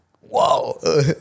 whoa